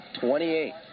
28